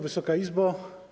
Wysoka Izbo!